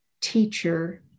teacher